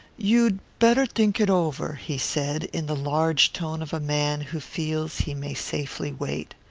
you'd better think it over, he said, in the large tone of a man who feels he may safely wait.